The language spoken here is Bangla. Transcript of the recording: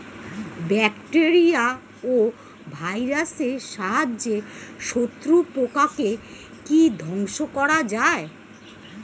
ব্যাকটেরিয়া ও ভাইরাসের সাহায্যে শত্রু পোকাকে কি ধ্বংস করা যায়?